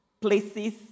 places